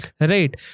Right